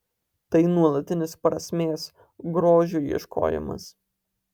tai nuolatinis prasmės grožio ieškojimas